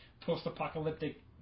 post-apocalyptic